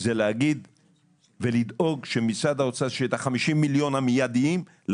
זה להגיד ולדאוג שמשרד האוצר יעביר את ה-50 מיליון המדוברים.